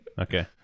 Okay